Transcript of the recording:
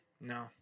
No